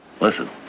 Listen